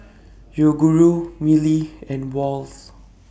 Yoguru Mili and Wall's